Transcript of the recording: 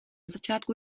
začátku